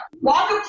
walk